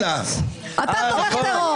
אתה תומך טרור.